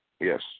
yes